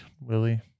Willie